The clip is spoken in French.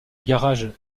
garage